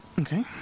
Okay